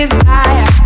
Desire